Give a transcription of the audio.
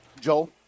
Joel